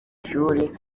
ishuri